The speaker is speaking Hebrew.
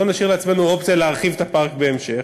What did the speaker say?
בואו ונשאיר לעצמנו אופציה להרחיב את הפארק בהמשך,